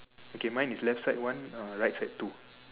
okay mine is left side one right side two